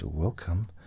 Welcome